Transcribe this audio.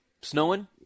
Snowing